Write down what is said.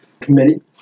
committee